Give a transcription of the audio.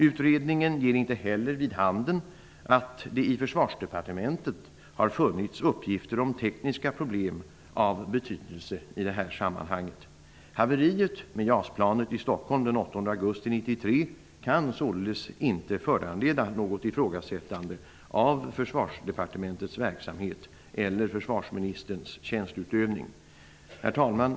Utredningen ger inte heller vid handen att det i Försvarsdepartementet har funnits uppgifter om tekniska problem av betydelse i det här sammanhanget. Haveriet med JAS-planet i Stockholm den 8 augusti 1993 kan således inte föranleda något ifrågasättande av Försvarsdepartementets verksamhet eller försvarsministerns tjänsteutövning. Herr talman!